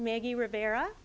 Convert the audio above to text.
maggie rivera